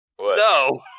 No